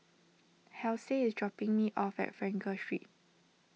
Halsey is dropping me off at Frankel Street